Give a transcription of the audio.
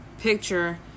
picture